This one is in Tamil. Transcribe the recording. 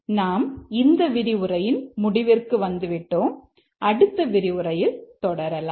நாம் இந்த விரிவுரையின் முடிவிற்கு வந்து விட்டோம் அடுத்த விரிவுரையில் தொடரலாம்